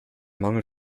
mangel